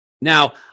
Now